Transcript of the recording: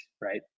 right